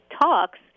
talks